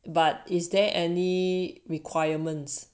but is there any requirements